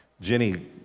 Jenny